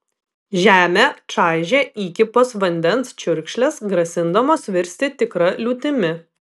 žemę čaižė įkypos vandens čiurkšlės grasindamos virsti tikra liūtimi